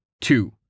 two